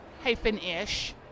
hyphen-ish